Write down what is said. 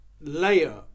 layer